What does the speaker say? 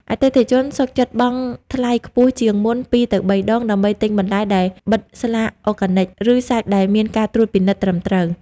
អតិថិជនសុខចិត្តបង់ថ្លៃខ្ពស់ជាងមុន ២ ទៅ ៣ ដង ដើម្បីទិញបន្លែដែលបិទស្លាក "Organic" ឬសាច់ដែលមានការត្រួតពិនិត្យត្រឹមត្រូវ។